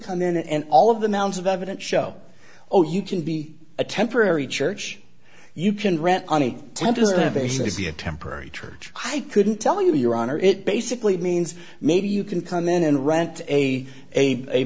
come in and all of the mounds of evidence show or you can be a temporary church you can rant on a tentative basis be a temporary church i couldn't tell you your honor it basically means maybe you can come in and rent a a a